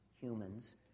humans